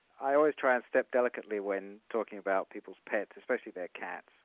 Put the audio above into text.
i always try and step delicately when talking about people's pets, especially their cats,